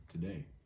today